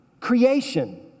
creation